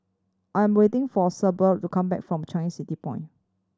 I am waiting for Sable to come back from Changi City Point